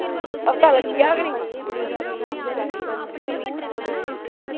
हफ्ता लग्गी जाह्ग नी